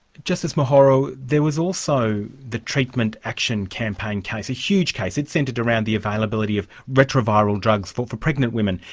justice mokgoro, there was also the treatment action campaign case, a huge case it centred around the availability of retroviral drugs for for pregnant women,